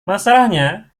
masalahnya